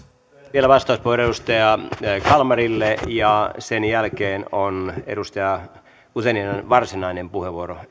vielä vastauspuheenvuoro edustaja kalmarille ja sen jälkeen on edustaja guzeninan varsinainen puheenvuoro